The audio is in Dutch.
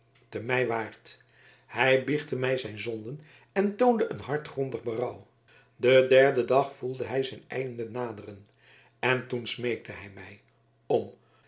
te mijwaart hij biechte mij zijn zonden en toonde een hartgrondig berouw den derden dag voelde hij zijn einde naderen en toen smeekte hij mij om